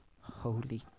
holy